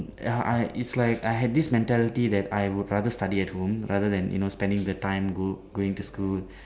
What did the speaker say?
ya I it's like I had this mentality that I would rather study at home rather than you know spending the time go going to school